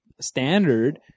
standard